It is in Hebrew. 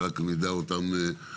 שנדע עליהם רק